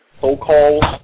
so-called